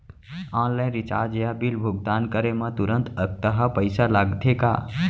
Online recharge या bill भुगतान करे मा तुरंत अक्तहा पइसा लागथे का?